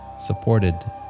supported